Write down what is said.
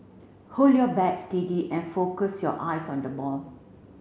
hold your bat steady and focus your eyes on the ball